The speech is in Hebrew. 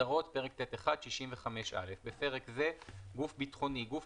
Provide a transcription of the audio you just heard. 65א.הגדרות פרק ט'1 "גוף ביטחוני" גוף